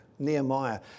Nehemiah